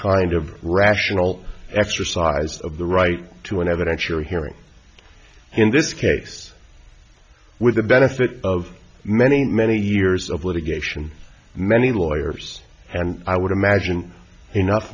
kind of rational exercise of the right to an evidentiary hearing in this case with the benefit of many many years of litigation many lawyers and i would imagine enough